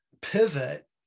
pivot